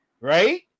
right